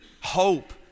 hope